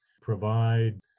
provide